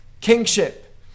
kingship